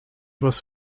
was